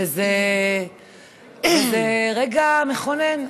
וזה רגע מכונן,